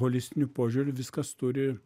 holistiniu požiūriu viskas turi